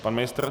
Pan ministr?